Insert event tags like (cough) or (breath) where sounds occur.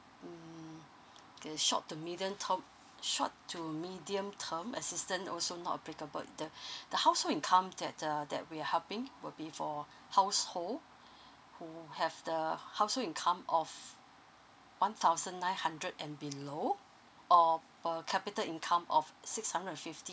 mm the short to middle term short to medium term assistance also not applicable if the (breath) the household income that err that we're helping will be for household who have the household income of one thousand nine hundred and below or per capita income of six hundred and fifty